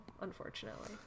unfortunately